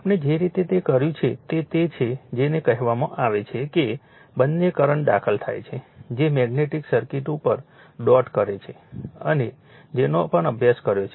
આપણે જે રીતે તે કર્યું છે તે તે છે જેને કહેવામાં આવે છે કે બંને કરંટ દાખલ થાય છે જે મેગ્નેટિક સર્કિટ પર ડોટ કરે છે જેનો પણ અભ્યાસ કર્યો છે